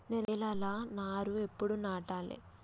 నేలలా నారు ఎప్పుడు నాటాలె?